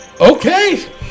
Okay